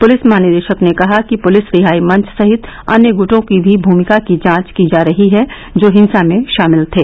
police महानिदेशक ने कहा कि प्लिस रिहाई मंच सहित अन्य ग्टों की भी भूमिका की जांच कर रही है जो हिंसा में शामिल थे